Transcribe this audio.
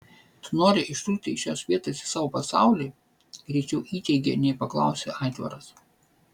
tu nori ištrūkti iš šios vietos į savo pasaulį greičiau įteigė nei paklausė aitvaras